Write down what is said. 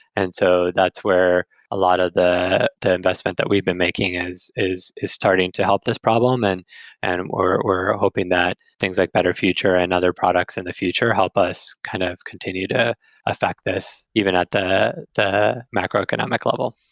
and so that's where a lot of the the investment that we've been making is is starting to help this problem and and we're we're hoping that things like better future and other products in and the future help us kind of continue to affect this even at the the macroeconomic level.